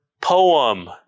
poem